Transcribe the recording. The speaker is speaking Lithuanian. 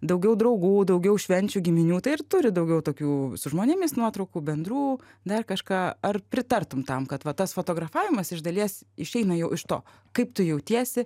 daugiau draugų daugiau švenčių giminių tai ir turi daugiau tokių su žmonėmis nuotraukų bendrų dar kažką ar pritartum tam kad va tas fotografavimas iš dalies išeina jau iš to kaip tu jautiesi